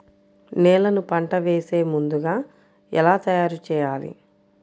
నేలను పంట వేసే ముందుగా ఎలా తయారుచేయాలి?